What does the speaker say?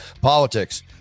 Politics